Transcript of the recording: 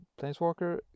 planeswalker